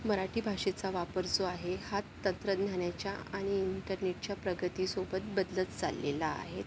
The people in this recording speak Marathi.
मराठी भाषेचा वापर जो आहे हा तंत्रज्ञानाच्या आणि इंटरनेटच्या प्रगतीसोबत बदलत चाललेला आहे